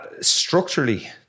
structurally